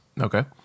Okay